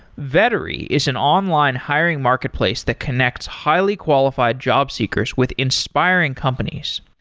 vettery is an online hiring marketplace that connects highly qualified jobseekers with inspiring companies.